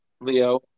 Leo